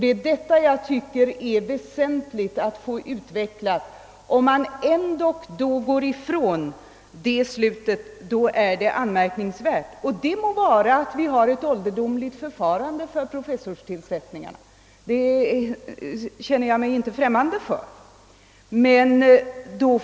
Det är detta förhållande jag vill betona: om man ändock går ifrån den slutsatsen, så måste detta anses anmärkningsvärt. Det må vara att vi har ett ålderdomligt förfarande när det gäller professorstillsättningarna, det står jag inte främmande för.